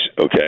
okay